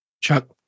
Chuck